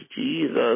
Jesus